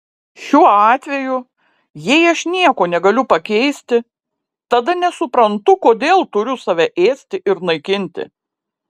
šiuo atveju jei aš nieko negaliu pakeisti tada nesuprantu kodėl turiu save ėsti ir naikinti